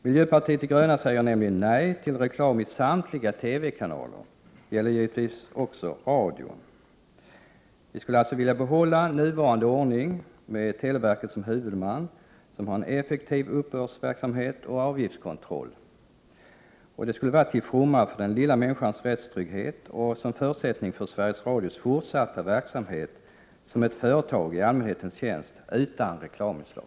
Miljöpartiet de gröna säger nej till reklam i samtliga TV-kanaler och givetvis också i radio. Vi skulle alltså vilja behålla nuvarande ordning med televerket som huvudman, som har en effektiv uppbördsverksamhet och avgiftskontroll. Det skulle vara till fromma för den lilla människans rättstrygghet och en förutsättning för Sveriges Radios fortsatta verksamhet som ett företag i allmänhetens tjänst utan reklaminslag.